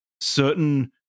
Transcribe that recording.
certain